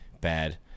bad